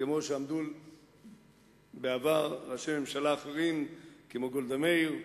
כמו שעמדו בעבר ראשי ממשלה אחרים, כמו גולדה מאיר,